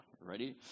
Ready